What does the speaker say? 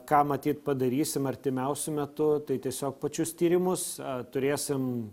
ką matyt padarysim artimiausiu metu tai tiesiog pačius tyrimus turėsim